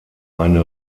eine